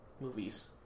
movies